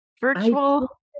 virtual